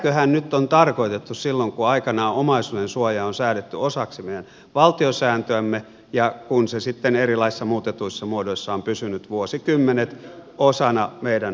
tätäköhän nyt on tarkoitettu silloin kun aikanaan omaisuudensuoja on säädetty osaksi meidän valtiosääntöämme ja kun se sitten erilaisissa muutetuissa muodoissa on pysynyt vuosikymmenet osana meidän perustuslakiamme